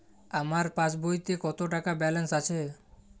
আমার পাসবইতে কত টাকা ব্যালান্স আছে?